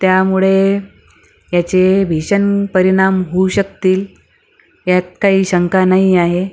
त्यामुळे याचे भीषण परिणाम होऊ शकतील यात काही शंका नाही आहे